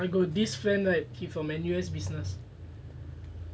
I got this friend right he from N_U_S business